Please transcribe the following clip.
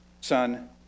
son